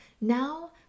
Now